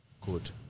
good